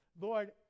Lord